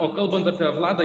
o kalbant apie vladą